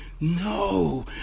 No